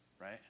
Right